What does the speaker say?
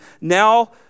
now